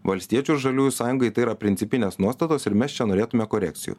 valstiečių žaliųjų sąjungai tai yra principinės nuostatos ir mes čia norėtume korekcijų